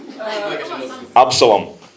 Absalom